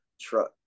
truck